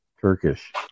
Turkish